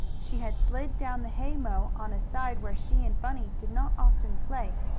she had slid down the haymow on a side where she and bunny did not often play,